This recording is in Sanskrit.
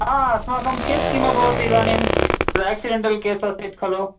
ह अस्माकं केस् किम् अभवत् इदानीम् एक्सिडेण्टल् केस् आसीत् खलु